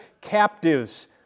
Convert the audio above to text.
captives